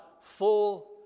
full